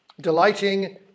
Delighting